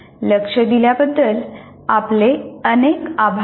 लक्ष दिल्याबद्दल आपले अनेक आभार